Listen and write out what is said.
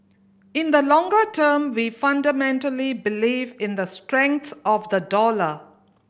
in the longer term we fundamentally believe in the strength of the dollar